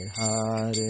Hare